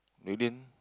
within